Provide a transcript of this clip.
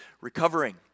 recovering